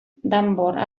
danbor